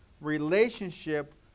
relationship